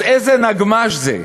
אז איזה נגמ"ש זה?